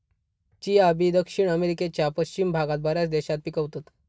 chia बी दक्षिण अमेरिकेच्या पश्चिम भागात बऱ्याच देशात पिकवतत